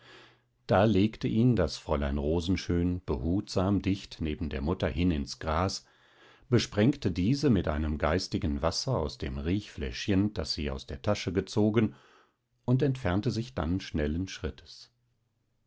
da legte ihn das fräulein rosenschön behutsam dicht neben der mutter hin ins gras besprengte diese mit einem geistigen wasser aus dem riechfläschchen das sie aus der tasche gezogen und entfernte sich dann schnellen schrittes